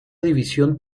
división